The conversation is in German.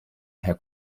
herr